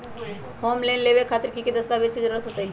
Home loan लेबे खातिर की की दस्तावेज के जरूरत होतई?